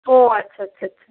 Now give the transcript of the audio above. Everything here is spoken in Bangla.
ও আচ্ছা আচ্ছা আচ্ছা